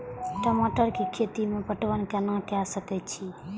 टमाटर कै खैती में पटवन कैना क सके छी?